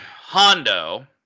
Hondo